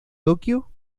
tokio